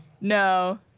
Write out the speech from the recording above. No